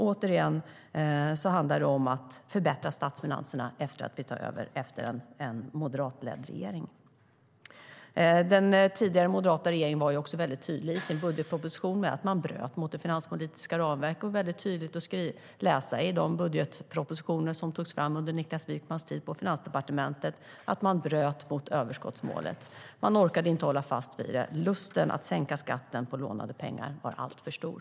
Återigen handlar det om att förbättra statsfinanserna när vi tar över efter en moderatledd regering. Den tidigare, moderata regeringen var i sin budgetproposition även väldigt tydlig med att man bröt mot det finanspolitiska ramverket. I de budgetpropositioner som togs fram under Niklas Wykmans tid på Finansdepartementet går det tydligt att läsa att man bröt mot överskottsmålet. Man orkade inte hålla fast vid det; lusten att sänka skatten med lånade pengar var alltför stor.